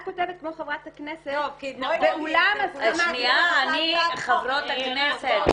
את כותבת כמו חברת הכנסת: ואולם הסכמה ------ חברות הכנסת,